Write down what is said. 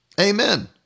Amen